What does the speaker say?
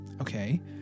Okay